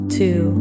two